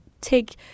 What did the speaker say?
take